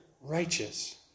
righteous